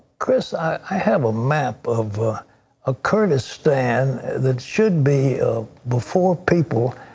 chris, i have a map of ah kyrgyzstan that should be before people.